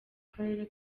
karere